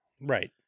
right